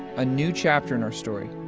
a new chapter in our story,